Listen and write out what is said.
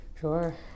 sure